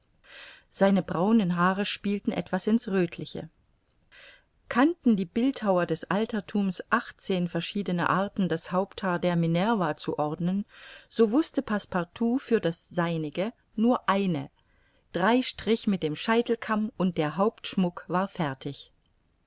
seine braunen haare spielten etwas in's röthliche kannten die bildhauer des alterthums achtzehn verschiedene arten das haupthaar der minerva zu ordnen so wußte passepartout für das seinige nur eine drei strich mit dem scheitelkamm und der hauptschmuck war fertig